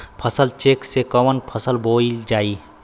फसल चेकं से कवन फसल बोवल जाई?